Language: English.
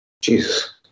Jesus